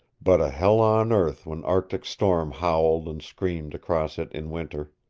but a hell on earth when arctic storm howled and screamed across it in winter.